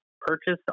purchase